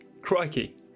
Crikey